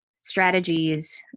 strategies